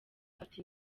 afite